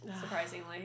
surprisingly